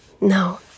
no